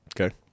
okay